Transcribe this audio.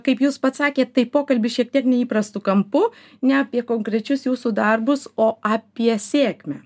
kaip jūs pats sakėt tai pokalbis šiek tiek neįprastu kampu ne apie konkrečius jūsų darbus o apie sėkmę